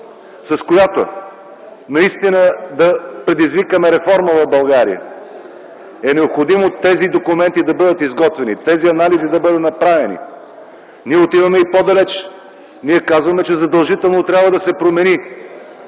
с която наистина да предизвикаме реформа в България, е необходимо тези документи да бъдат изготвени и тези анализи да бъдат направени. Ние отиваме и по-далече – ние казваме, че задължително трябва да се промени